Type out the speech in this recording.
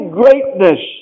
greatness